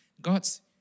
God's